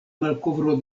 malkovro